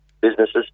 businesses